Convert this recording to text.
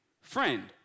friend